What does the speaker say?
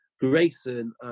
Grayson